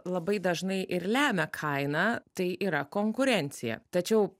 labai dažnai ir lemia kainą tai yra konkurencija tačiau